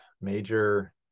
major